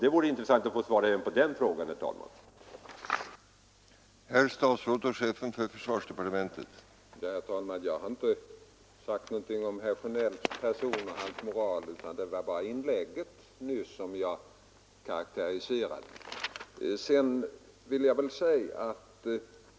Det vore intressant att få svar även på frågan om hur försvarsministern ser på kraftvärmeverken ur försvarets synpunkt.